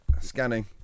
Scanning